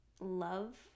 love